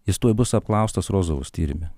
jis tuoj bus apklaustas rozovos tyrime